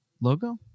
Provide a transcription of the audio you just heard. logo